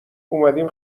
اومدیم